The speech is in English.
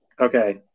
Okay